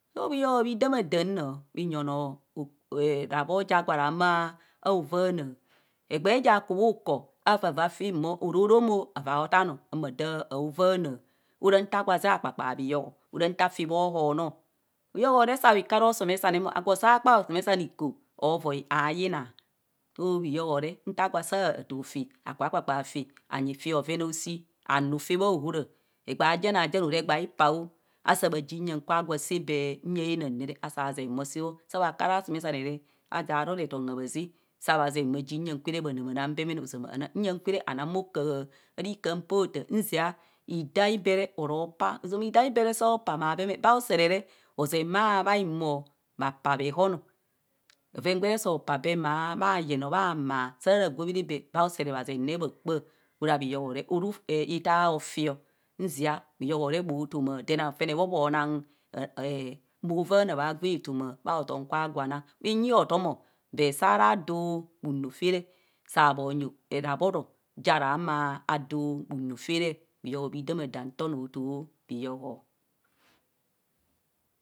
So bhihobo bhi damadam noo ao rabbar ja gwa raa mo avaana egbee ja kubhu okoor avava fiu bho oro arom avaa otaa noo ama daa aovaana ora nta gwa zee akpakpss bhiyo ora ntaa fi bho hrono bhiyo re sa biku aras osomesane mo agwo saa kpaa odomesane iko ovoi aayinsi so bhiyo re nta gwa daa too fi akpskpaa fi, anyi fi bhoven aoshi anu fi bha ahora egbee ajena jen ora egbee aipaa o asaa bhaji nyen gwa sas bee nya naam nere, asaa zee bha saa bho saa bha, ku ara somesane re adaa ro reton hasza, saa bha zee bha ji nya kwa re bha naamanaam bemene ozama nye kwa re anaa bho okaha ara ikaa mpootaa nzia idaa ibeere oro pas ozama idạạ ibee sii pa maa bem bas usere re ozen bha ihumo bha paa bhehem bhoven gwere soo paa bee mas bha yen o bha maar saa ra gwobhere bee baa usere bha zenne bha kpạạ ora bhiyo re ora uf ara hitaa ofi nzia bhiyo re bho lõma then afene bho nang eh bho vaana bha gwi etoma bho atum kwa naa bhinyi otom o but saa ra duu bhu noor fere saa bho nyi rabbor o ja ra humo aduu bhu noor fere bhiyo bhi damadam nto noi otoo bhiyo